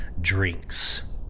drinks